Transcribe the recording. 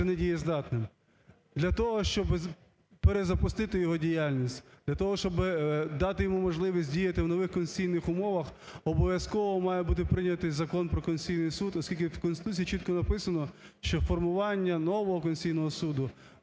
недієздатним. Для того, щоби перезапустити його діяльність для того, щоб дати йому можливість діяти в нових конституційних умовах, обов'язково має бути прийнятий Закон про Конституційний Суд, оскільки в Конституції чітко написано, що формування нового Конституційний Суду,